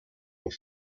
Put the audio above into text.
were